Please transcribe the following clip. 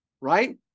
right